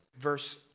verse